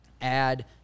add